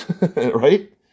right